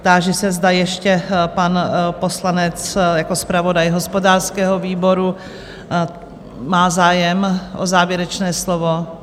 Táži se, zda ještě pan poslanec jako zpravodaj hospodářského výboru má zájem o závěrečné slovo?